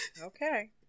Okay